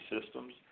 systems